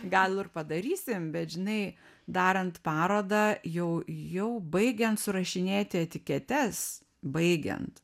gal ir padarysim bet žinai darant parodą jau jau baigiant surašinėti etiketes baigiant